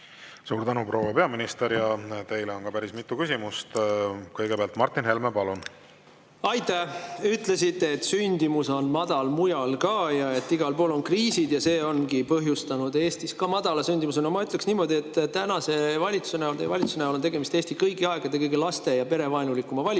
Suur tänu, proua peaminister! Teile on päris mitu küsimust. Kõigepealt Martin Helme, palun! Aitäh! Te ütlesite, et sündimus on madal mujal ka, et igal pool on kriisid ja see ongi põhjustanud Eestis madala sündimuse. No ma ütleksin niimoodi, et tänase valitsuse, teie valitsuse näol on tegemist Eesti kõigi aegade kõige laste‑ ja perevaenulikuma valitsusega.